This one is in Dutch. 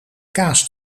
kaas